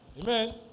Amen